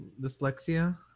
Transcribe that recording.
dyslexia